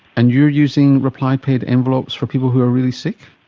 and you're using reply paid envelopes for people who are really sick?